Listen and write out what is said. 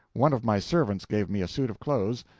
one of my servants gave me a suit of clothes,